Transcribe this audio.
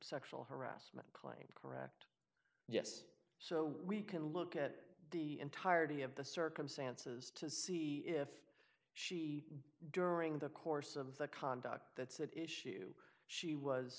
sexual harassment claims correct yes so we can look at the entirety of the circumstances to see if she during the course of the conduct that's the issue she was